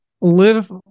Live